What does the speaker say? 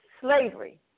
slavery